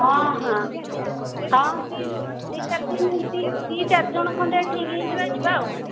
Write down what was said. ହଁ ହଁ କ'ଣ କି ଦୁଇ ଚାରି ଦିନ ଏମିତି ଦୁଇ ଚାରି ଜଣ ଖଣ୍ଡେ ଠିକ୍ ହୋଇଯିବା ଯିବା ଆଉ